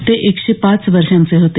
ते एकशे पाच वर्षांचे होते